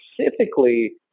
specifically